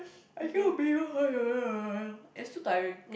it's too tiring